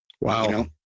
Wow